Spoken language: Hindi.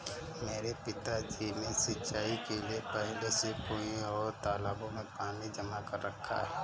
मेरे पिताजी ने सिंचाई के लिए पहले से कुंए और तालाबों में पानी जमा कर रखा है